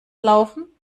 laufen